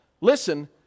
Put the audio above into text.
Listen